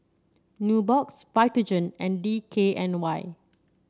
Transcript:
Nubox Vitagen and D K N Y